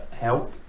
help